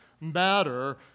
matter